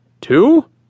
Two